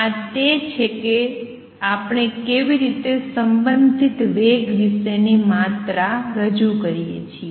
આ તે છે કે આપણે કેવી રીતે સંબંધિત વેગ વિશેની માત્રા રજૂ કરીએ છીએ